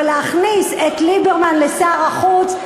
אבל להכניס את ליברמן לתפקיד שר החוץ?